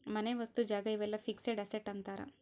ಮನೆ ವಸ್ತು ಜಾಗ ಇವೆಲ್ಲ ಫಿಕ್ಸೆಡ್ ಅಸೆಟ್ ಅಂತಾರ